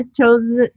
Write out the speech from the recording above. chose